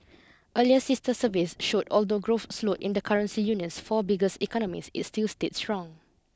earlier sister surveys showed although growth slowed in the currency union's four biggest economies it still stayed strong